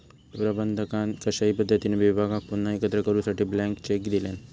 प्रबंधकान कशाही पद्धतीने विभागाक पुन्हा एकत्र करूसाठी ब्लँक चेक दिल्यान